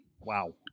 Wow